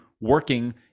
working